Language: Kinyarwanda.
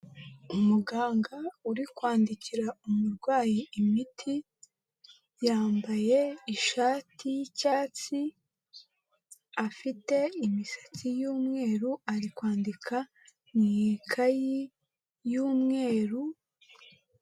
Umuganga uri kwandikira umurwayi imiti, yambaye ishati y'icyatsi, afite imisatsi y'umweru ari kwandika mukayi y'umweru.